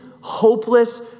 hopeless